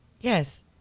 Yes